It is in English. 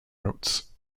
notes